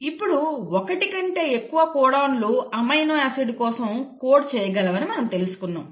ఇప్పుడు 1 కంటే ఎక్కువ కోడాన్లు అమైనో ఆసిడ్ కోసం కోడ్ చేయగలవని మనం తెలుసుకున్నాం